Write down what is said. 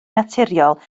naturiol